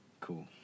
Cool